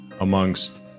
amongst